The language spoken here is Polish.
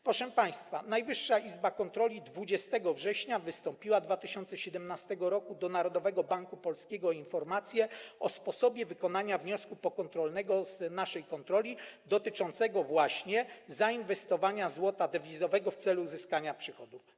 Proszę państwa, Najwyższa Izba Kontroli 20 września 2017 r. wystąpiła do Narodowego Banku Polskiego o informację o sposobie wykonania wniosku pokontrolnego z naszej kontroli dotyczącego właśnie zainwestowania złota dewizowego w celu uzyskania przychodów.